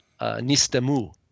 nistemu